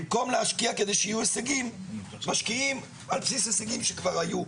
במקום להשקיע כדי שיהיו הישגים משקיעים על בסיס הישגים שכבר היו.